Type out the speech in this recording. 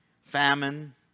Famine